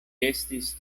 estis